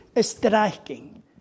striking